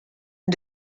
and